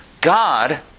God